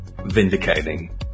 vindicating